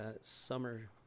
Summer